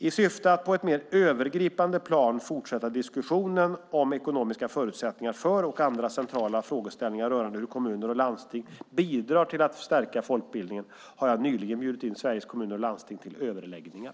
I syfte att på ett mer övergripande plan fortsätta diskussionen om ekonomiska förutsättningar för och andra centrala frågeställningar rörande hur kommuner och landsting bidrar till att stärka folkbildningen har jag nyligen bjudit in Sveriges Kommuner och Landsting till överläggningar.